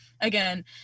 again